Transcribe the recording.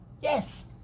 Yes